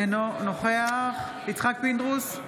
אינו נוכח יצחק פינדרוס,